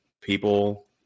people